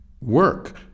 work